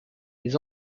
les